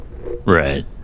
Right